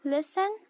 Listen